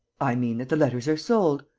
i mean that the letters are sold.